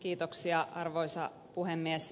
kiitoksia arvoisa puhemies